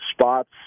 spots